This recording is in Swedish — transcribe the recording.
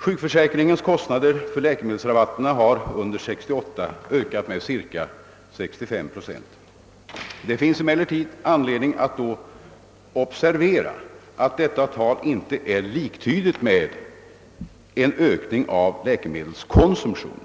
Sjukförsäkringens kostnader för läkemedelsrabatterna har under 1968 ökat med cirka 65 procent: Det finns anledning att observera att detta tal inte representerar en motsvarande ökning av läkemedelskonsumtionen.